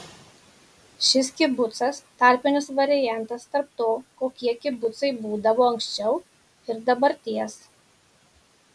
šis kibucas tarpinis variantas tarp to kokie kibucai būdavo anksčiau ir dabarties